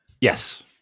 Yes